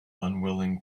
unwilling